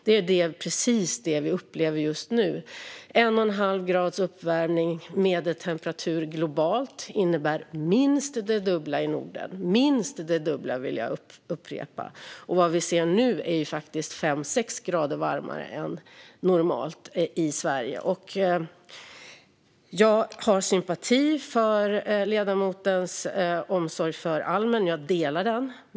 Det är precis det vi upplever just nu. En och en halv grads uppvärmning av den globala medeltemperaturen innebär minst det dubbla i Norden - minst det dubbla. Det vi ser nu är faktiskt fem sex grader varmare temperatur än normalt i Sverige. Jag har sympati för ledamotens omsorg om almen. Jag delar den.